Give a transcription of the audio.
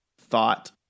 thought